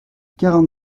quarante